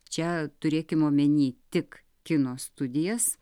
čia turėkim omenyje tik kino studijas